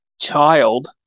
child